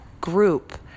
group